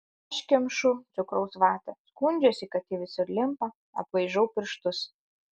aš kemšu cukraus vatą skundžiuosi kad ji visur limpa aplaižau pirštus